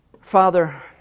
Father